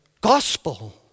gospel